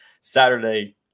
Saturday